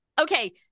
Okay